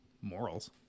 morals